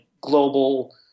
global